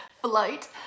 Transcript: float